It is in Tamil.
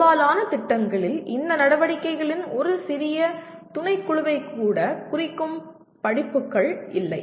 பெரும்பாலான திட்டங்களில் இந்த நடவடிக்கைகளின் ஒரு சிறிய துணைக்குழுவைக் கூட குறிக்கும் படிப்புகள் இல்லை